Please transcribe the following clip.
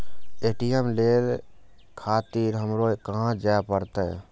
ATM ले खातिर हमरो कहाँ जाए परतें?